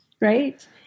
right